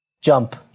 Jump